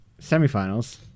semifinals